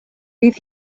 bydd